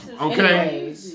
okay